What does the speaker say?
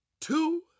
two